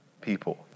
people